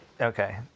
Okay